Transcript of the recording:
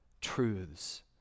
truths